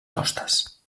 costes